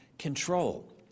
control